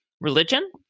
Religion